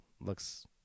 looks